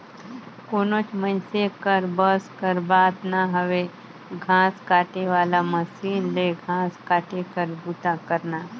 कोनोच मइनसे कर बस कर बात ना हवे घांस काटे वाला मसीन ले घांस काटे कर बूता करना